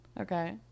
Okay